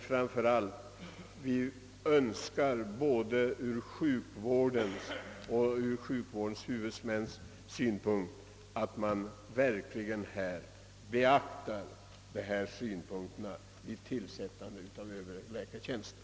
Framför allt är det både från sjukvårdens och dess huvudmäns synpunkter önskvärt att de anförda synpunkterna beaktas vid tillsättandet av överläkartjänster.